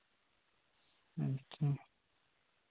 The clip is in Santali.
ᱟᱪᱪᱷᱟ